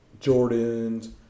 Jordans